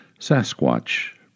Sasquatch